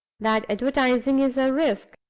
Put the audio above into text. that advertising is a risk.